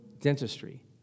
dentistry